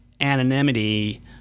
anonymity